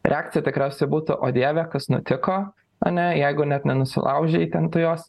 reakcija tikriausiai būtų o dieve kas nutiko ane jeigu net nenusilaužen ten tu jos